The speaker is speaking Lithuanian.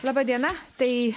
laba diena tai